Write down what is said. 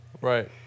Right